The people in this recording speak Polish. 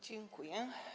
Dziękuję.